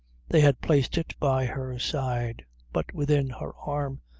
they had placed it by her side, but within her arm,